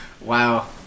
Wow